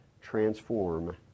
transform